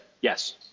yes